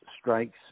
strikes